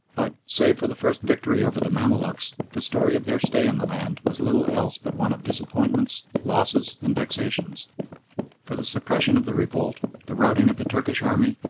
but, save for the first victory over the mamaluks, the story of their stay in the land was little else but one of disappointments, losses and vexations for the suppression of the revolt, the routing of the turkish army,